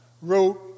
wrote